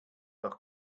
doch